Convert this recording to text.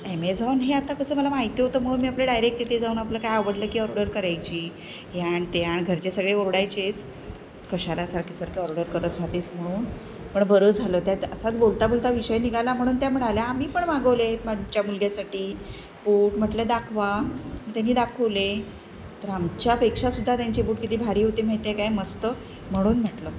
Amazon हे आता कसं मला माहिती होतं म्हणून मी आपलं डायरेक्ट ते जाऊन आपलं काय आवडलं की ऑर्डर करायची हे आण ते आण घरचे सगळे ओरडायचेच कशाला सारखी सारखं ऑर्डर करत राहतेस म्हणून पण बरं झालं त्यात असाच बोलता बोलता विषय निघाला म्हणून त्या म्हणाल्या आम्ही पण मागवलेत आमच्या मुलग्यासाठी बूट म्हटलं दाखवा त्यांनी दाखवले तर आमच्यापेक्षा सुद्धा त्यांचे बूट किती भारी होते माहिती आहे काय मस्त म्हणून म्हटलं